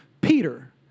Peter